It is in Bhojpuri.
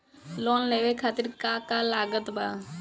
लोन लेवे खातिर का का लागत ब?